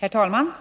Herr talman!